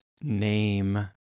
name